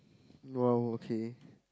!wow! okay